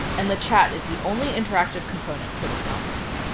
and the chat is the only interactive component for this conference.